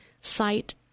site